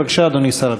בבקשה, אדוני שר הביטחון.